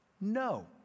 No